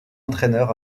entraîneur